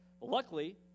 Luckily